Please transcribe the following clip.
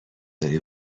داری